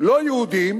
לא יהודים